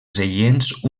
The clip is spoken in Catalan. seients